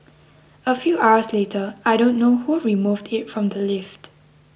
a few hours later I don't know who removed it from the lift